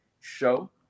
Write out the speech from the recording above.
show